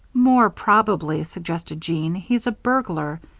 more probably, suggested jean, he's a burglar.